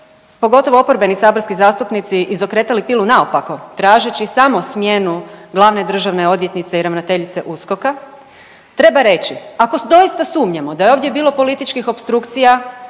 pogotovo oporbeni saborski zastupnici izokretali pilu naopako, tražeći samo smjenu glavne državne odvjetnice i ravnateljice USKOK-a, treba reći, ako doista sumnjamo da je ovdje bilo političkih opstrukcija